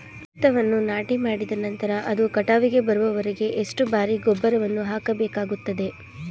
ಭತ್ತವನ್ನು ನಾಟಿಮಾಡಿದ ನಂತರ ಅದು ಕಟಾವಿಗೆ ಬರುವವರೆಗೆ ಎಷ್ಟು ಬಾರಿ ಗೊಬ್ಬರವನ್ನು ಹಾಕಬೇಕಾಗುತ್ತದೆ?